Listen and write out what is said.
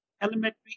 Elementary